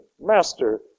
Master